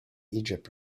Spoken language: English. egypt